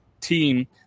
team